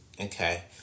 Okay